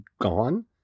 gone